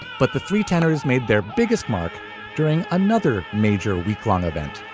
but the three tenors made their biggest mark during another major weeklong event